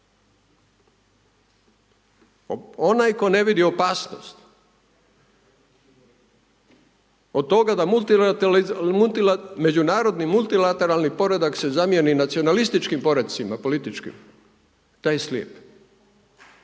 Onaj tko ne vidi opasnost od toga da međunarodni multilateralni poredak se zamijeni nacionalističkim poredcima, političkim, taj je slijep.